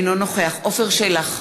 אינו נוכח עפר שלח,